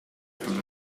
from